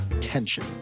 tension